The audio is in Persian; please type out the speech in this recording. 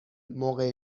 موقع